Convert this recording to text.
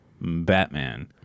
Batman